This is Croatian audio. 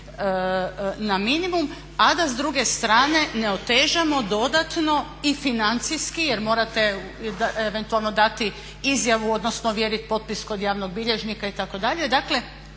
na minimum, a da s druge strane ne otežamo dodatno i financijski jer eventualno dati izjavu odnosno ovjeriti potpis kod javnog bilježnika itd., dakle